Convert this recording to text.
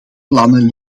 plannen